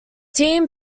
team